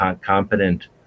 competent